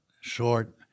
short